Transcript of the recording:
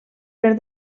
per